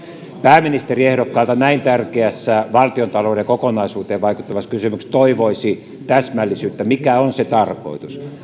pääministeriehdokkaalta näin tärkeässä valtiontalouden kokonaisuuteen vaikuttavassa kysymyksessä toivoisi täsmällisyyttä mikä on se tarkoitus mutta